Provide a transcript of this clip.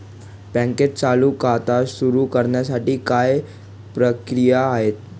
बँकेत चालू खाते सुरु करण्यासाठी काय प्रक्रिया आहे?